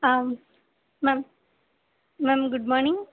ah ma'am ma'am good morning